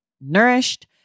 nourished